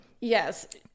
Yes